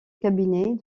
cabinet